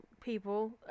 people